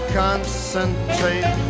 concentrate